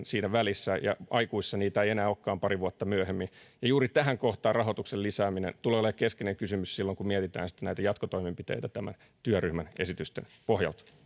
siinä välissä ja aikuisissa heitä ei enää olekaan pari vuotta myöhemmin niin rahoituksen lisäämisen juuri tähän kohtaan tulee olla keskeinen kysymys silloin kun mietitään sitten näitä jatkotoimenpiteitä tämän työryhmän esitysten pohjalta